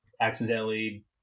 accidentally